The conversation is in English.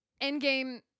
Endgame